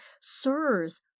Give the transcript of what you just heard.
Sirs